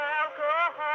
alcohol